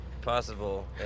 possible